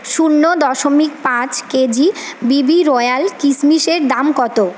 শূন্য দশমিক পাঁচ কেজি বিবি রয়্যাল কিসমিসের দাম কত